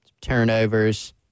turnovers